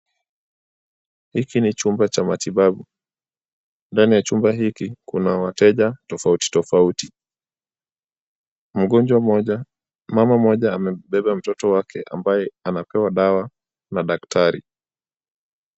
Hiki ni chumba cha matibabu. Ndani ya chumba hiki kuna wateja tofauti tofauti. Mama mmoja amebeba mtoto wake ambaye anapewa dawa na daktari.